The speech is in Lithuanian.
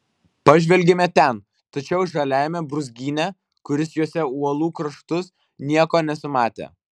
pažvelgėme ten tačiau žaliajame brūzgyne kuris juosė uolų kraštus nieko nesimatė